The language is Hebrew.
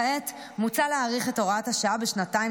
כעת מוצע להאריך את הוראת השעה בשנתיים